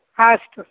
हा अस्तु